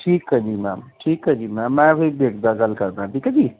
ਠੀਕ ਹੈ ਜੀ ਮੈਮ ਠੀਕ ਹੈ ਜੀ ਮੈਮ ਮੈਂ ਫਿਰ ਦੇਖਦਾ ਗੱਲ ਕਰਦਾ ਠੀਕ ਹੈ ਜੀ